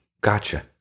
Gotcha